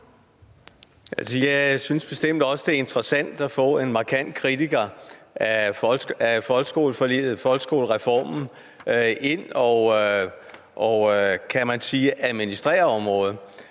Jeg synes bestemt også, det er interessant at få en markant kritiker af folkeskoleforliget og af folkeskolereformen ind og administrere området.